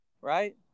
right